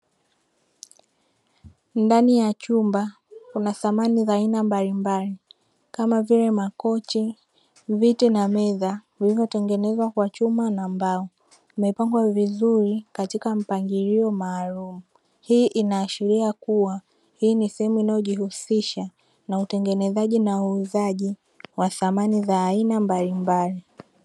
Ndani ya chumba kuna samani za aina mbalimbali kama vile makochi, viti na meza vilivyotengenezwa kwa chuma na mbao vimepangwa vizuri katika mpangilio maalumu. Hii inaashiria kuwa hii ni sehemu inayojihusisha na utengenezaji na uuzaji wa samani za aina mbalimbali.